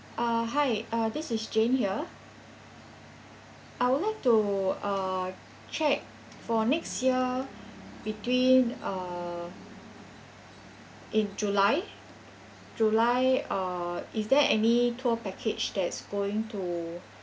uh hi uh this is jane here I would like to uh check for next year between uh in july july uh is there any tour package that's going to